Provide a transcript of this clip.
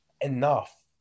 enough